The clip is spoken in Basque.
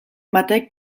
batek